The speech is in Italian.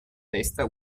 testa